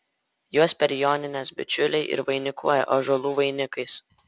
juos per jonines bičiuliai ir vainikuoja ąžuolų vainikais